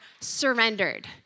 surrendered